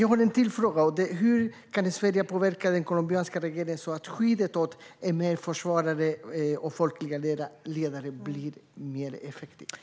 Jag har en till fråga, och det är hur Sverige kan påverka den colombianska regeringen så att skyddet för MR-försvarare och folkliga ledare blir mer effektivt.